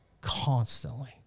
constantly